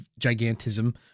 gigantism